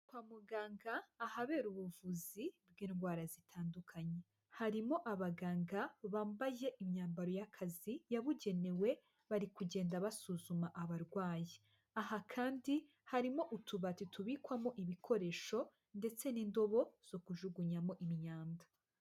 Kwa muganga ahabera ubuvuzi bw'indwara zitandukanye, harimo abaganga bambaye imyambaro y'akazi yabugenewe bari kugenda basuzuma abarwayi, aha kandi harimo utubati tubikwamo ibikoresho ndetse n'indobo zo kujugunyamo imyanda.